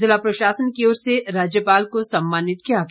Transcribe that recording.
जिला प्रशासन की ओर से राज्यपाल को सम्मानित किया गया